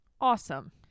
Awesome